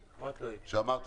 שאמרת,